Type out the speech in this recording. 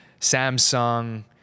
Samsung